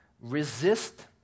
resist